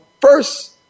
first